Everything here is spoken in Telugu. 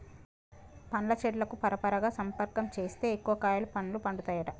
పండ్ల చెట్లకు పరపరాగ సంపర్కం చేస్తే ఎక్కువ కాయలు పండ్లు పండుతాయట